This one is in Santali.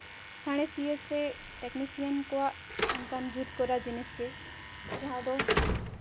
ᱥᱟᱬᱮᱥᱤᱭᱟᱹ ᱥᱮ ᱴᱮᱠᱱᱤᱥᱤᱭᱟᱱ ᱠᱚᱣᱟᱜ ᱚᱱᱠᱟᱱ ᱡᱩᱛ ᱠᱚᱨᱟ ᱡᱤᱱᱤᱥ ᱜᱮ ᱡᱟᱦᱟᱸ ᱫᱚ